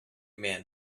man